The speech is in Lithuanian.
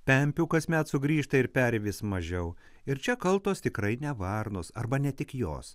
pempių kasmet sugrįžta ir peri vis mažiau ir čia kaltos tikrai ne varnos arba ne tik jos